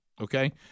okay